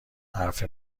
حرف